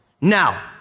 Now